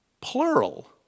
plural